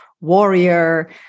warrior